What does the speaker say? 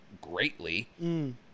greatly